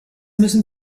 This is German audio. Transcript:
müssen